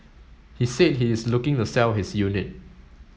he said he is looking to sell his unit